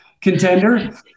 contender